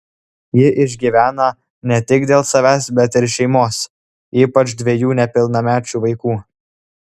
ji išgyvena ne tik dėl savęs bet ir šeimos ypač dviejų nepilnamečių vaikų